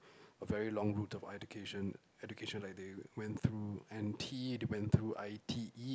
a very long route of education education like they went through N T they went through I_T_E